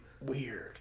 weird